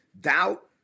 doubt